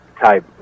type